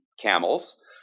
camels